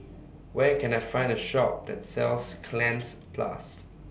Where Can I Find A Shop that sells Cleanz Plus